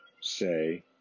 say